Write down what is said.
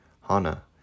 Hana